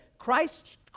Christ